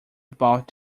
about